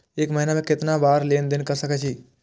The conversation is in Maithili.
एक महीना में केतना बार लेन देन कर सके छी?